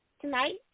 Tonight